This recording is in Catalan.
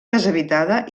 deshabitada